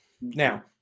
Now